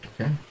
Okay